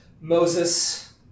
Moses